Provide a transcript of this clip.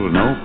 no